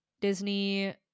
Disney